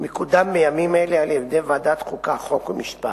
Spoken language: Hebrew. מקודם בימים אלה על ידי ועדת החוקה, חוק ומשפט,